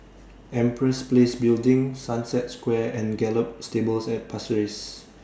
Empress Place Building Sunset Square and Gallop Stables At Pasir Ris